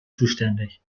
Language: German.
zuständig